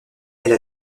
elle